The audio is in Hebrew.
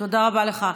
תודה רבה לך.